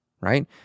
right